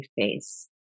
face